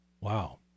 Wow